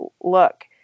look